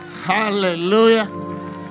hallelujah